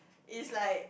is like